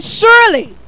surely